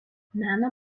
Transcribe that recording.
meno